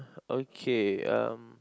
okay um